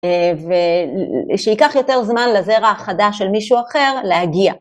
ושיקח יותר זמן לזרע החדש של מישהו אחר להגיע.